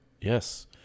Yes